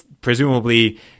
presumably